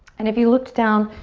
and if you looked down,